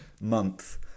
month